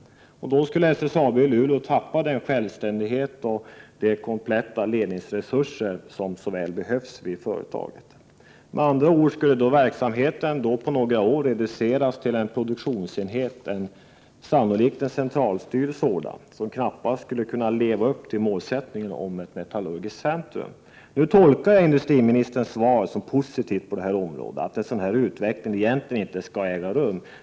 Då skulle SSAB i Luleå tappa den självständighet och de kompletta ledningsresurser som så väl behövs vid företaget. Verksamheten skulle med andra ord på några år reduceras till en produktionsenhet, sannolikt en centralstyrd sådan, som knappast skulle kunna leva upp till målsättningen om ett metallurgiskt centrum. Nu tolkar jag industriministerns svar som positivt på det här området — att en sådan utvecklingen egentligen inte skulle äga rum.